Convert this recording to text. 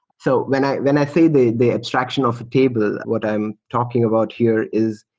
so when i when i say the the abstraction of table, what i'm talking about here is,